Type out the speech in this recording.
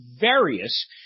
various